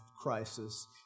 crisis